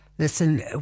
Listen